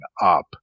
up